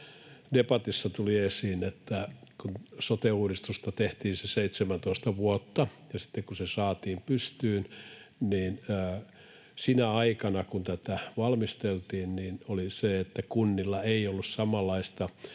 debatissa tuli esiin, on, että sote-uudistusta tehtiin se 17 vuotta ja sitten kun se saatiin pystyyn, niin sinä aikana, kun tätä valmisteltiin, kunnilla ei ollut samanlaista